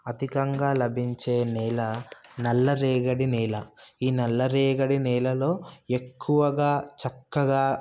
అధికంగా లభించే నేల నల్లరేగడి నేల ఈ నల్లరేగడి నేలలో ఎక్కువగా చక్కగా